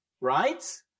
Right